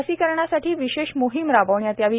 लसीकरणासाठी विशेष मोहिम राबविण्यात यावी